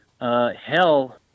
Hell